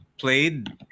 played